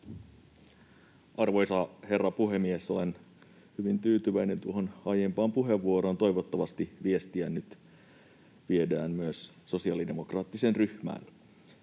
Arvoisa herra puhemies! Olen hyvin tyytyväinen tuohon aiempaan puheenvuoroon. Toivottavasti viestiä nyt viedään myös sosiaalidemokraattiseen ryhmään.